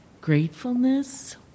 gratefulness